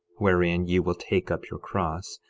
wherein ye will take up your cross,